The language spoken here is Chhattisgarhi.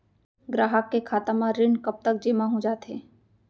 ग्राहक के खाता म ऋण कब तक जेमा हो जाथे?